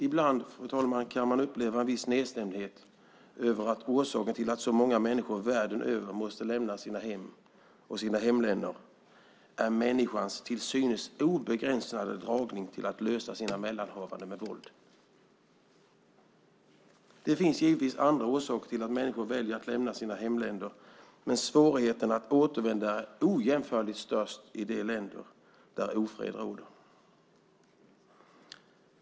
Ibland, fru talman, kan man uppleva en viss nedstämdhet över att orsaken till att så många människor världen över måste lämna sina hem och sina hemländer är människans till synes obegränsade dragning till att lösa sina mellanhavanden med våld. Det finns givetvis andra orsaker till att människor väljer att lämna sina hemländer, men svårigheten att återvända är ojämförligen störst i de länder där ofred råder.